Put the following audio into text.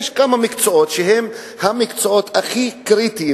יש כמה מקצועות שהם המקצועות הכי קריטיים